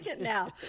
now